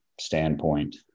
standpoint